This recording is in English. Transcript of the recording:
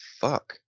fuck